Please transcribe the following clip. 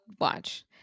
watch